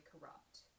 corrupt